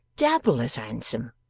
double as handsome